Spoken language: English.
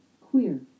queer